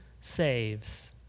saves